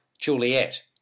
Juliet